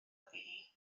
ydy